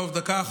טוב, דקה.